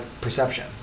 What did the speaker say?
perception